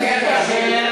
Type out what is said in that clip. חבר הכנסת אשר,